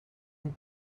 een